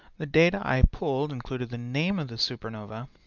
the data i pulled included the name of the supernova,